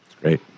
Great